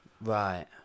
right